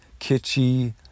kitschy